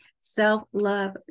self-love